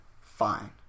Fine